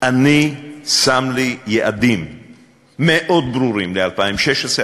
אני שם לי יעדים מאוד ברורים ל-2016,